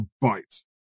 bite